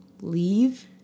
leave